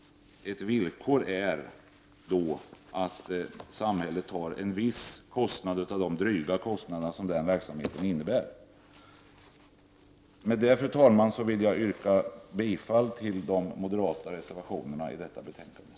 Ett villkor för detta är att samhället tar en viss del i de dryga kostnader som denna verksamhet medför. Med detta, fru talman, yrkar jag bifall till de moderata reservationerna i detta betänkande.